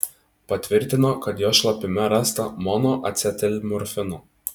patvirtino kad jo šlapime rasta monoacetilmorfino